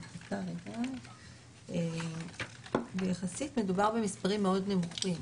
בדיקה ויחסית מדובר במספרים מאוד נמוכים.